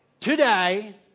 today